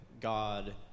God